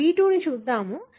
మనం B2 ని చూద్దాం